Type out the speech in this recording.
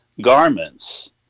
garments